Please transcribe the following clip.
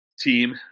Team